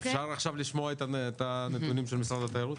אפשר עכשיו לשמוע את הנתונים של משרד התיירות?